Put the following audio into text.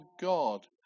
God